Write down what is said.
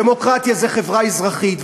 דמוקרטיה זה חברה אזרחית,